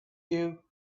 you